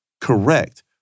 correct